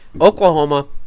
Oklahoma